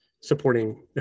supporting